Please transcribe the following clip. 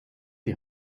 die